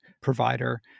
provider